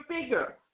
bigger